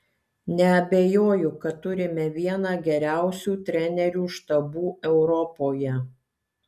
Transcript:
neabejoju kad turime vieną geriausių trenerių štabų europoje